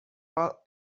pas